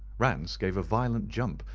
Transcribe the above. rance gave a violent jump,